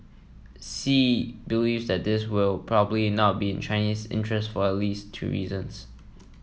Xi believes that this will probably not be in Chinese interests for at least two reasons